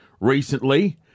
recently